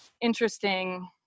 interesting